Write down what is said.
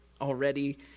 already